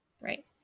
Right